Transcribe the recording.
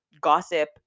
gossip